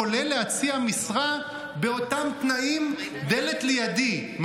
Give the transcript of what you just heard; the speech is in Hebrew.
כולל להציע משרה באותם תנאים דלת לידי,